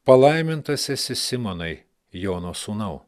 palaimintas esi simonai jono sūnau